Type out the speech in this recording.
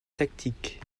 tactique